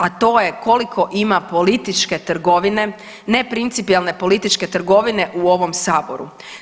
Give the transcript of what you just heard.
A to je koliko ima političke trgovine, ne principijelne političke trgovine u ovom saboru?